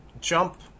jump